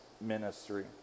ministry